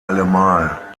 allemal